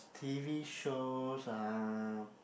t_v shows um